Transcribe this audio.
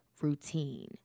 routine